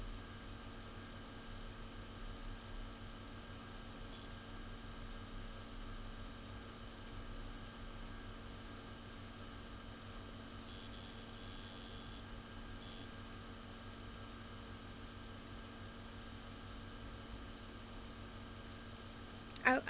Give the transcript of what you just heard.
I would